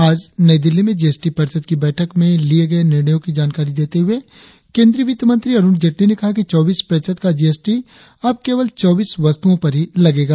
आज नई दिल्ली में जीएसटी परिषद की बैठक में लिए गए निर्णयों की जानकारी देते हुए केंद्रीय वित्तमंत्री अरुण जेटली ने कहा कि चौंबीस प्रतिशत का जीएसटी अब केवल चौबीस वस्तुओ पर ही लगेगा